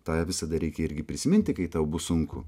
tą visada reikia irgi prisiminti kai tau bus sunku